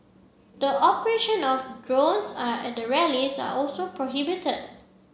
the operation of drones are at the rallies are also prohibited